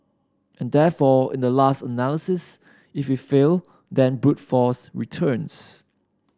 and therefore in the last analysis if we fail then brute force returns